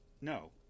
No